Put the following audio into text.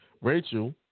Rachel